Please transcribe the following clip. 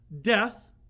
death